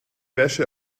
wäsche